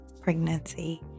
pregnancy